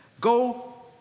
go